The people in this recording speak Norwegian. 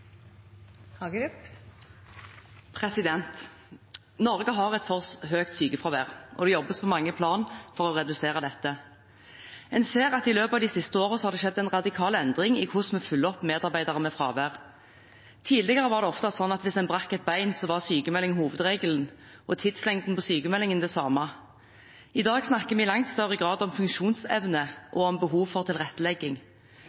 Norge har et for høyt sykefravær, og det jobbes på mange plan for å redusere dette. En ser at det i løpet av de siste årene har skjedd en radikal endring i hvordan en følger opp medarbeidere med fravær. Tidligere var det ofte slik at dersom man brakk et bein, var sykmelding hovedregelen og tidslengden på sykmeldingen det samme. I dag snakker vi i langt større grad om funksjonsevne